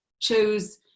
Chose